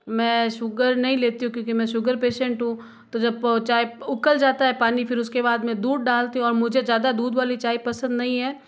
मैं शुगर नहीं लेती हूँ क्योंकि मैं शुगर पेशेंट हूँ तो जब चाय उकल जाता है पानी फिर उसके बाद में दूध डालती हूँ और मुझे ज़्यादा दूध वाली चाय पसंद नहीं है